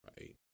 Right